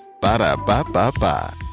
Ba-da-ba-ba-ba